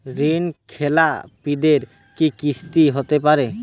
ঋণ খেলাপিদের কি শাস্তি হতে পারে?